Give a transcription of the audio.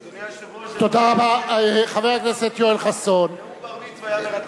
אדוני היושב-ראש, נאום בר-מצווה היה מרתק יותר.